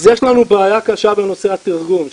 אז יש לנו בעיה קשה בנושא התרגום.